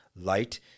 Light